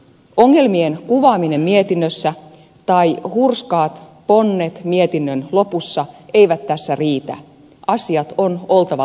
ongelmien kuvaaminen mietinnössä tai hurskaat ponnet mietinnön lopussa eivät tässä riitä asioiden on oltava lakitekstissä